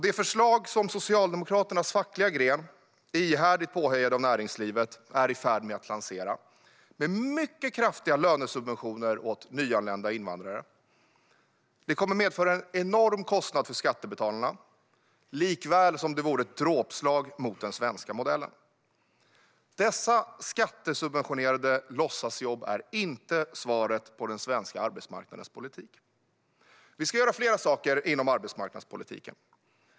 Det förslag som Socialdemokraternas fackliga gren, ihärdigt påhejad av näringslivet, är i färd med att lansera, med mycket kraftiga lönesubventioner åt nyanlända invandrare, kommer att medföra en enorm kostnad för skattebetalarna, likaväl som det vore ett dråpslag mot den svenska modellen. Dessa skattesubventionerade låtsasjobb är inte svaret för den svenska arbetsmarknadspolitiken. Vi ska göra flera saker inom arbetsmarknadspolitiken.